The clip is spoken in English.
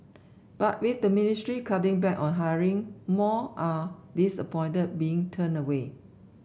but with the ministry cutting back on hiring more are disappointed being turned away